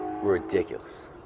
ridiculous